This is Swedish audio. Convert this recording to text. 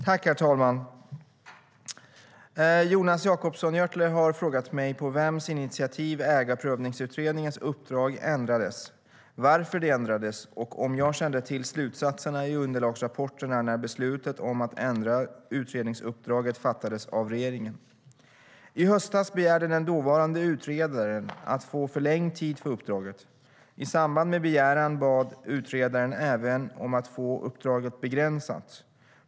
Herr talman! Jonas Jacobsson Gjörtler har frågat mig på vems initiativ Ägarprövningsutredningens uppdrag ändrades, varför det ändrades och om jag kände till slutsatserna i underlagsrapporterna när beslutet om att ändra utredningsuppdraget fattades av regeringen. I höstas begärde den dåvarande utredaren att få förlängd tid för uppdraget. I samband med begäran bad utredaren även om att få uppdraget begränsat.